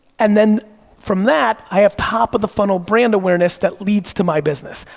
and then from that, i have top of the funnel brand awareness that leads to my business.